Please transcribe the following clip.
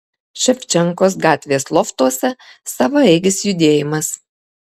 ševčenkos gatvės loftuose savaeigis judėjimas